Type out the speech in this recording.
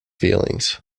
feelings